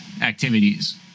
activities